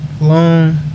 long